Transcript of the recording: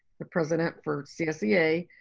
the president for csea.